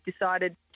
decided